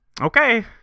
okay